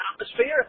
atmosphere